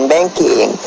Banking